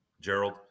Gerald